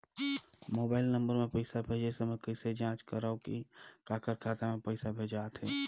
Mobile नम्बर मे पइसा भेजे समय कइसे जांच करव की काकर खाता मे पइसा भेजात हे?